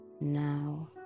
now